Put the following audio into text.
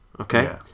okay